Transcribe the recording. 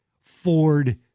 Ford